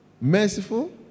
merciful